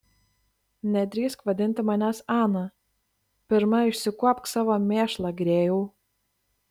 nedrįsk vadinti manęs ana pirma išsikuopk savo mėšlą grėjau